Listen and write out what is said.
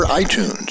iTunes